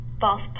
false